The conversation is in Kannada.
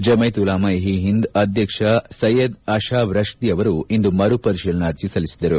ಜಮೈತ್ ಉಲಾಮಾ ಇ ಹಿಂದ್ ಅಧ್ಯಕ್ಷ ಸಯದ್ ಅಶಾಬ್ ರಶ್ಲಿ ಅವರು ಇಂದು ಮರು ಪರಿಶೀಲನಾ ಅರ್ಜಿ ಸಲ್ಲಿಸಿದರು